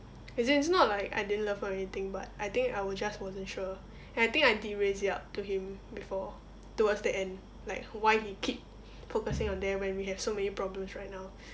as in it's not like I didn't love him or anything but I think I was just wasn't sure and I think I did raise it up to him before towards the end like why he keep focusing on that when we have so many problems right now